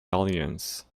audience